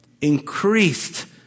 increased